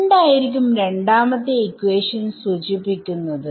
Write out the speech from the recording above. എന്തായിരിക്കും രണ്ടാമത്തെ ഇക്വേഷൻ സൂചിപ്പിക്കുന്നത്